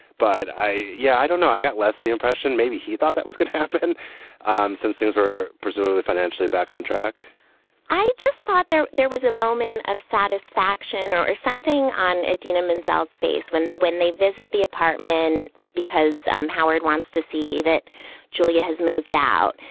but i. yeah, i don't know. i got less the impression maybe he thought that was going to happen since things were presumably financially back on track i just thought there there was a moment of satisfaction or or something on adina mansell's face when when they visit the apartment, because um howard wants to see that julia has moved out.